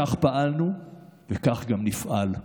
כך פעלנו וכך גם נפעל.